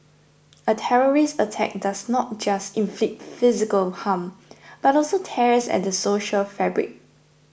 a terrorist attack does not just inflict physical harm but also tears at the social fabric